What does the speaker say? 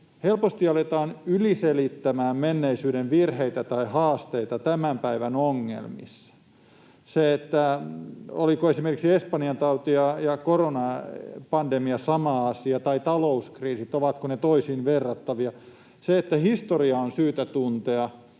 helposti aletaan yliselittämään menneisyyden virheitä tai haasteita tämän päivän ongelmissa: ovatko esimerkiksi espanjantauti ja koronapandemia sama asia, tai ovatko talouskriisit toisiinsa verrattavia? On syytä tuntea